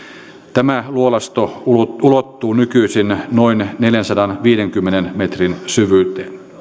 tämä luolasto ulottuu nykyisin noin neljänsadanviidenkymmenen metrin syvyyteen